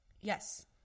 Yes